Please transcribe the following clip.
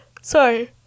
Sorry